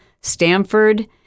Stanford